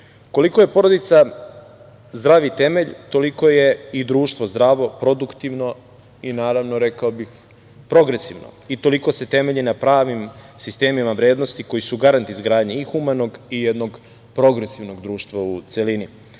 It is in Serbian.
je porodica zdravi temelj, toliko je i društvo zdravo, produktivno i, rekao bih, progresivno i toliko se temelji na pravim sistemima vrednosti koji su garant izgradnje i humanog i jednog progresivnog društva u celini.